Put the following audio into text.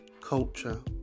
culture